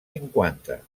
cinquanta